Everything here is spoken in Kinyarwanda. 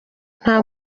nta